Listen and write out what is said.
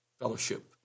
fellowship